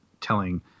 telling